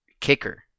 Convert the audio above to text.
kicker